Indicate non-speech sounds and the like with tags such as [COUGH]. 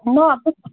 نہَ [UNINTELLIGIBLE]